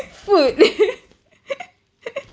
food